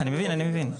אני מבין, אני מבין.